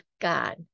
God